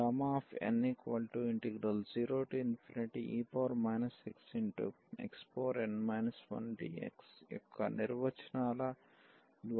కాబట్టి 12 ఇది n0e xxn 1dx యొక్క నిర్వచనాల ద్వారా గమనించవచ్చు